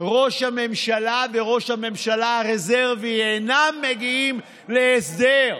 ראש הממשלה וראש הממשלה הרזרבי אינם מגיעים להסדר.